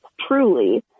truly